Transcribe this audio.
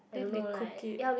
then they cook it